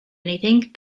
anything